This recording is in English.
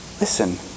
listen